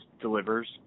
delivers